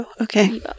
Okay